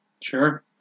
Sure